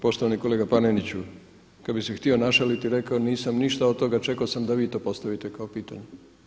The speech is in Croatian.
Poštovani kolega Paneniću, kad bih se htio našaliti rekao bih nisam ništa od toga čekao sam da vi to postavite kao pitanje.